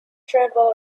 travel